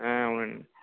అవునండి